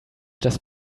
dass